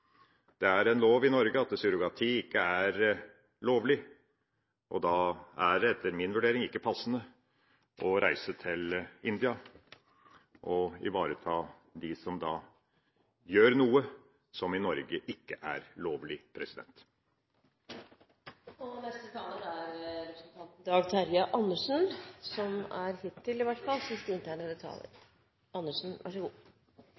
Det er en lov i Norge som sier at surrogati ikke er lovlig, og da er det etter min vurdering ikke passende å reise til India for å ivareta dem som gjør noe som i Norge ikke er lovlig. Bakgrunnen for at jeg ba om ordet, var innlegget fra representanten Langeland, som hevdet at Kongen i